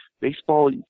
baseball